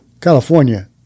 California